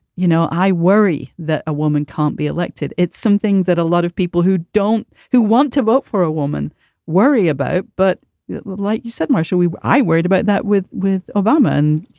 you know, i worry that a woman can't be elected. it's something that a lot of people who don't who want to vote for a woman worry about. but like you said, marshall, we were i worried about that with with obama. and,